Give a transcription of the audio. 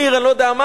עיר אני לא יודע מה,